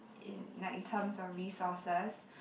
in like terms of resources